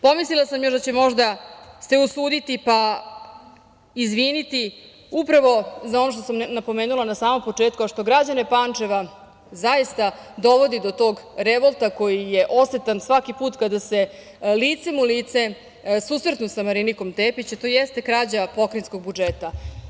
Pomislila sam još da će možda se usuditi pa izviniti upravo za ono što sam napomenula na samom početku, a što građane Pančeva zaista dovodi do tog revolta koji je osetan svaki put kada se licem u lice susretnu sa Marinikom Tepić, a to jeste krađa pokrajinskog budžeta.